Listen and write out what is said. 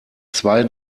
zwei